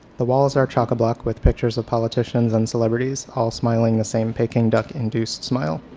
the walls are chockablock with pictures of politicians and celebrities, all smiling the same peking duck induced smile.